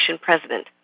president